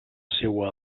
seua